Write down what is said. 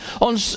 on